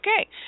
Okay